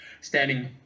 standing